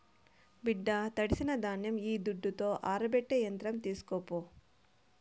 బిడ్డా తడిసిన ధాన్యం ఈ దుడ్డుతో ఆరబెట్టే యంత్రం తీస్కోపో